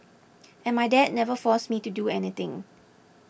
and my dad never forced me to do anything